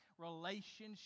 relationship